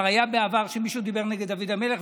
כבר היה בעבר שמישהו דיבר נגד דוד המלך,